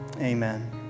Amen